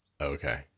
okay